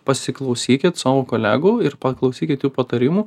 pasiklausykit savo kolegų ir paklausykit jų patarimų